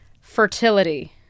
fertility